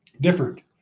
different